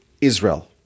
Israel